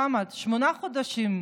כמה, שמונה חודשים.